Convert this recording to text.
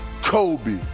Kobe